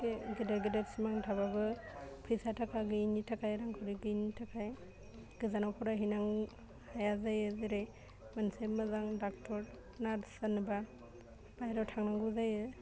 गे गेदेर गेदेर सिमां थाबाबो फैसा थाखा गैयैनि थाखाय रां खाउरि गैयैनि थाखाय गोजानाव फरायहैनां हाया जायो जेरै मोनसे मोजां डाक्टर नार्च जानोबा बाहेराव थांनांगौ जायो